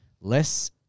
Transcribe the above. less